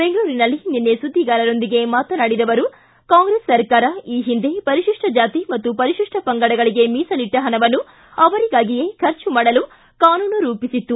ಬೆಂಗಳೂರಿನಲ್ಲಿ ನಿನ್ನೆ ಸುದ್ದಿಗಾರರೊಂದಿಗೆ ಮಾತನಾಡಿದ ಅವರು ಕಾಂಗ್ರೆಸ್ ಸರ್ಕಾರ ಈ ಹಿಂದೆ ಪರಿಶಿಷ್ಟ ಜಾತಿ ಹಾಗೂ ಪರಿಶಿಷ್ಟ ಪಂಗಡಗಳಿಗೆ ಮೀಸಲಿಟ್ಟ ಹಣವನ್ನು ಅವರಿಗಾಗಿಯೇ ಖರ್ಚು ಮಾಡಲು ಕಾನೂನು ರೂಪಿಸಿತ್ತು